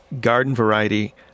garden-variety